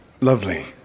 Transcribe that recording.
lovely